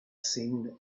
seen